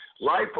life